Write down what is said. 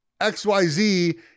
XYZ